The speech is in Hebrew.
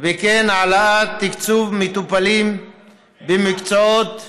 וכן העלאת תקצוב מטופלים במקצועות הבריאות: